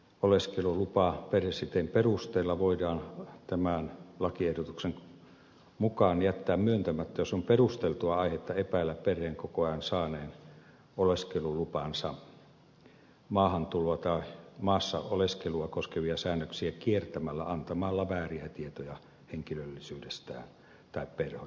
oleskelulupa perhesiteen perusteella voidaan tämän lakiehdotuksen mukaan jättää myöntämättä jos on perusteltua aihetta epäillä perheenkokoajan saaneen oleskelulupansa maahantuloa tai maassa oleskelua koskevia säännöksiä kiertämällä antamalla vääriä tietoja henkilöllisyydestään tai perhesuhteestaan